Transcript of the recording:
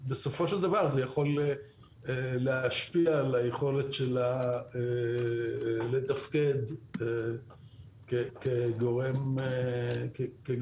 בסופו של דבר זה יכול להשפיע על היכולת שלה לתפקד כגורם עצמאי.